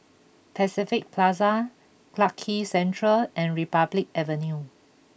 Pacific Plaza Clarke Quay Central and Republic Avenue